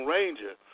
Ranger